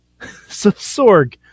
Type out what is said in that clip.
Sorg